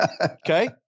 okay